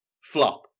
flop